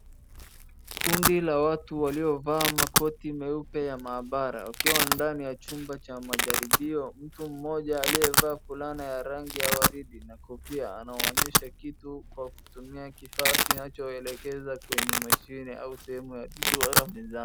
Kundi la watu waliovaa makoti meupe ya maabara wakiwa ndani ya chumba cha majaribio. Mtu mmoja aliyevaa fulana ya rangi ya waridi na kofia anawaonyesha kitu kwa kutumia kifaa kinachoelekeza kwenye mashine au sehemu ya duara mezani.